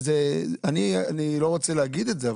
אני לא רוצה להגיד את זה,